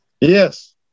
Yes